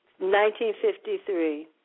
1953